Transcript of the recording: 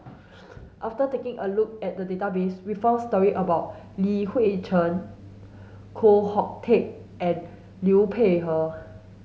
Mafter taking a look at the database we found stories about Li Hui Cheng Koh Hoon Teck and Liu Peihe